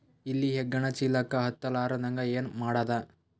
ಇಲಿ ಹೆಗ್ಗಣ ಚೀಲಕ್ಕ ಹತ್ತ ಲಾರದಂಗ ಏನ ಮಾಡದ?